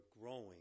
growing